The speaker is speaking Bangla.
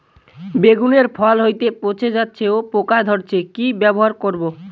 বেগুনের ফল হতেই পচে যাচ্ছে ও পোকা ধরছে কি ব্যবহার করব?